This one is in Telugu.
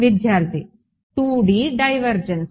విద్యార్థి 2D డైవర్జెన్స్